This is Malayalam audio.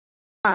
ആ ശരി